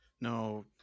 No